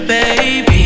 Baby